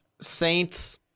Saints